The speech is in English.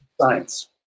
science